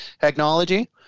technology